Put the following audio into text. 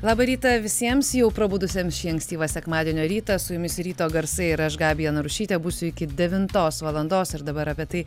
labą rytą visiems jau prabudusiem šį ankstyvą sekmadienio rytą su jumis ryto garsai ir aš gabija narušytė būsiu iki devintos valandos ir dabar apie tai